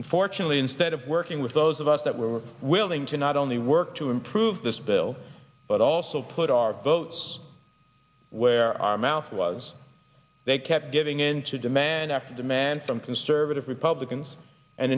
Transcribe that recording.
unfortunately instead of working with those of us that were willing to not only work to improve this bill but also put our votes where our mouth was they kept giving in to demand after demand from conservative republicans and